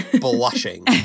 blushing